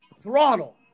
throttle